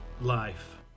life